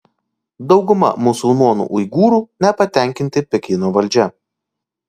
dauguma musulmonų uigūrų nepatenkinti pekino valdžia